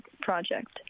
project